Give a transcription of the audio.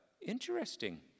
interesting